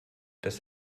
dass